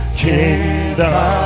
kingdom